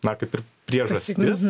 na kaip ir priežastis